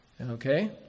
okay